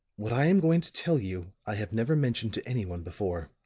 what i am going to tell you, i have never mentioned to anyone before.